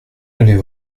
les